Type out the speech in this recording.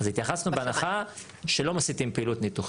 התייחסנו בהנחה שלא מסיתים פעילות ניתוחית.